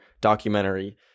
documentary